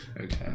Okay